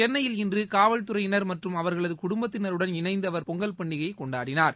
சென்னையில் இன்று காவல்துறையினர் மற்றும் அவர்களது குடும்பத்தினருடன் இணைந்து அவர் பொங்கல் பண்டிகையை கொண்டாடினார்